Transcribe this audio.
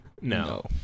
no